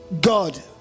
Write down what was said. God